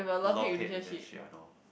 love hate relationship I know